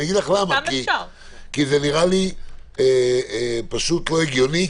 זה נראה לי פשוט לא הגיוני,